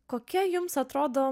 kokia jums atrodo